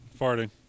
Farting